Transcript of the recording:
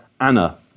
Anna